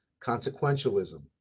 consequentialism